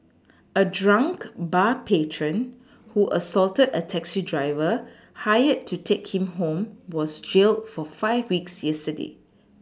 a drunk bar patron who assaulted a taxi driver hired to take him home was jailed for five weeks yesterday